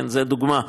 זו דוגמה: